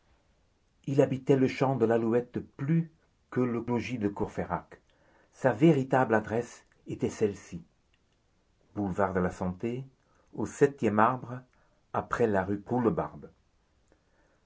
il habitait le champ de l'alouette plus que le logis de courfeyrac sa véritable adresse était celle-ci boulevard de la santé au septième arbre après la rue